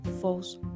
false